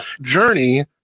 journey